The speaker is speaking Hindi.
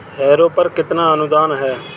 हैरो पर कितना अनुदान है?